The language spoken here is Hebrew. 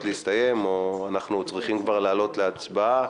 להסתיים או שאנחנו צריכים כבר לעלות להצבעה,